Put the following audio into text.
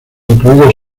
incluidos